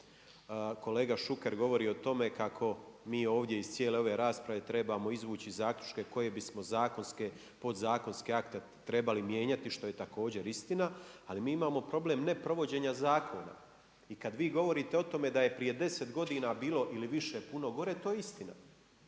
Kolega Šuker govori o tome kako mi ovdje iz cijele ove rasprave trebamo izvući zaključke koje bismo zakonske, podzakonske akte trebali mijenjati što je također istina, ali mi imamo problem ne provođenja zakona. I kada vi govorite o tome da je prije deset godina bilo ili više puno gore, to je istina.